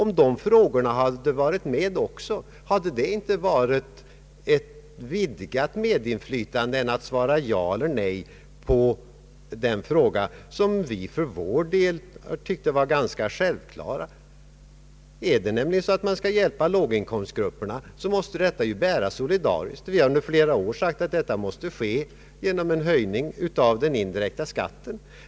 Om dessa frågor hade varit med, hade inte detta då inneburit ett större medinflytande än att bara svara ja eller nej på en fråga som vi för vår del ansett vara ganska självklar. Skall låginkomstgrupperna hjälpas, måste kostnaderna därför bäras solidariskt. Vi har under flera år sagt att detta måste ske genom en höjning av den indirekta skatten.